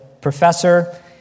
professor